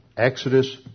Exodus